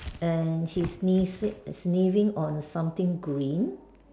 and he sniffles it sniffing on something green